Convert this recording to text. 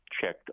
checked